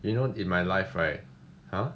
you know in my life right !huh!